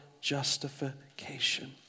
justification